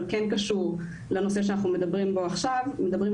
אבל כן קשור לנושא שאנחנו מדברים עליו עכשיו,